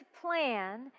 plan